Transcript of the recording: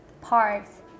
parks